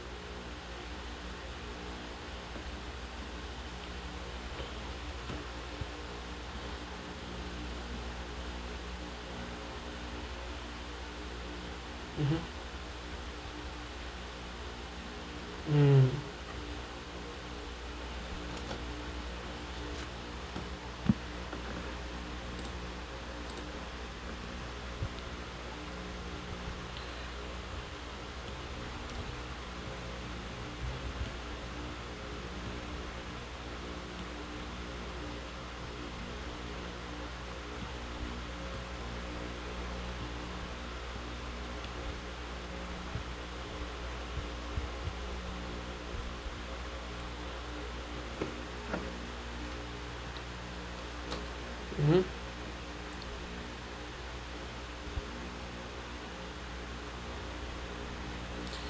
mmhmm mm mmhmm